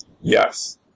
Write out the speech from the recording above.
Yes